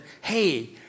hey